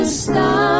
Stop